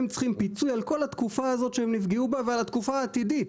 הם צריכים פיצוי על כל התקופה הזאת שהם נפגעו בה ועל התקופה העתידית.